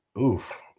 Oof